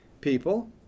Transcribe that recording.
people